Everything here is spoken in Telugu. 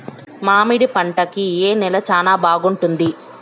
మామిడి పంట కి ఏ నేల చానా బాగుంటుంది